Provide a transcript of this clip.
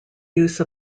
use